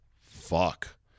fuck